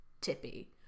Tippy